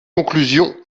conclusion